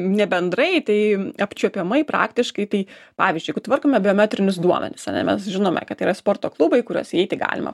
ne bendrai tai apčiuopiamai praktiškai tai pavyzdžiui jeigu tvarkome biometrinius duomenis ane mes žinome kad yra sporto klubai į kuriuos įeiti galima